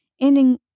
ending